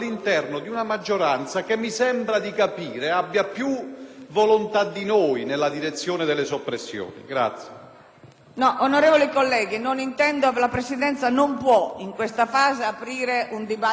Onorevoli colleghi, la Presidenza non può aprire in questa fase un dibattito di merito. Entrambi i senatori hanno puntualizzato e precisato; le loro puntualizzazioni saranno